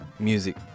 music